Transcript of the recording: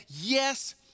Yes